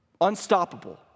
Unstoppable